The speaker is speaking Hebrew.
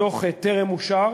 הדוח טרם אושר